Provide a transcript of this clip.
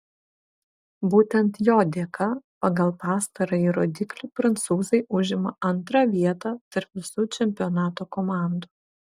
būtent jo dėka pagal pastarąjį rodiklį prancūzai užima antrą vietą tarp visų čempionato komandų